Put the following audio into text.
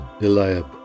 Eliab